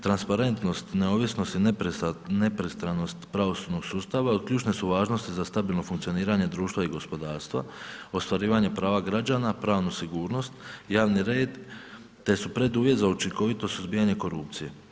Transparentnost, neovisnost i nepristranost pravosudnog sustava od ključne su važnosti za stabilno funkcioniranje društva i gospodarstva, ostvarivanje prava građana, pravnu sigurnost, javni red te su preduvjet za učinkovito suzbijanje korupcije.